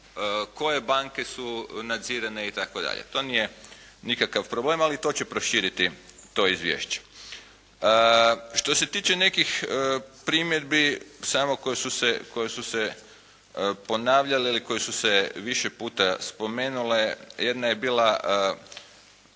koje banke su nadzirane itd.. To nije nikakav problem, ali to će proširiti to Izvješće. Što se tiče nekih primjedbi samo koje su se ponavljale ili koje su se više puta spomenule. Jedna je bila